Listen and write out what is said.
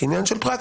כעניין של פרקטיקה.